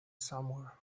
somewhere